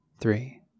three